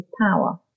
power